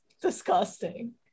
disgusting